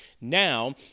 Now